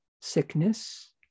sickness